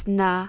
na